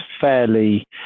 fairly